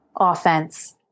offense